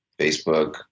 facebook